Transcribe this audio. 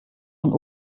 von